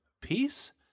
Peace